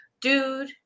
Dude